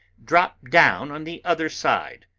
dropped down on the other side.